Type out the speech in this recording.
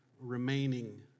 remaining